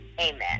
Amen